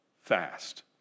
fast